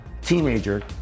teenager